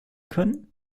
können